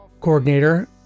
Coordinator